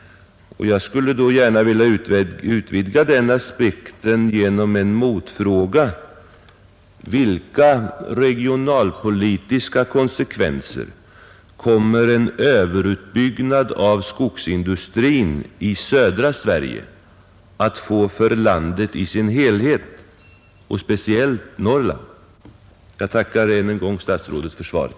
Jag skulle gärna vilja utvidga den aspekten genom en motfråga: Vilka regionalpolitiska konsekvenser kommer en överutbyggnad av skogsindustrin i södra Sverige att få för landet i dess helhet, speciellt för Norrland? Jag tackar än en gång statsrådet för svaret.